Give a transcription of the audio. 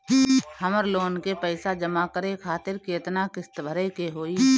हमर लोन के पइसा जमा करे खातिर केतना किस्त भरे के होई?